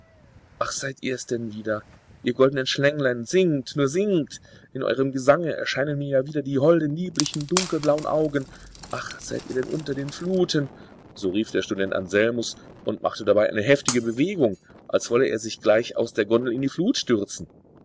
ach seid ihr es denn wieder ihr goldenen schlänglein singt nur singt in eurem gesange erscheinen mir ja wieder die holden lieblichen dunkelblauen augen ach seid ihr denn unter den fluten so rief der student anselmus und machte dabei eine heftige bewegung als wolle er sich gleich aus der gondel in die flut stürzen